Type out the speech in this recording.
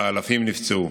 ואלפים נפצעו.